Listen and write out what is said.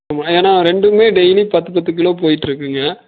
ஆமாம் ஏன்னால் ரெண்டுமே டெய்லி பத்து பத்து கிலோ போய்கிட்டு இருக்குதுங்க